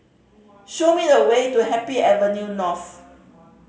show me the way to Happy Avenue North